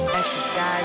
Exercise